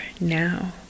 now